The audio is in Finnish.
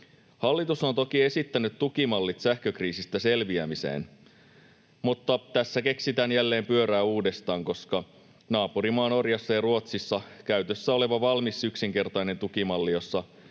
Hallitus on toki esittänyt tukimallit sähkökriisistä selviämiseen, mutta tässä keksitään jälleen pyörää uudestaan, koska naapurimaissa Norjassa ja Ruotsissa käytössä on valmis yksinkertainen tukimalli,